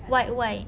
white white